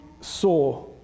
saw